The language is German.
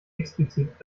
explizit